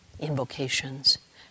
invocations